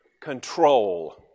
control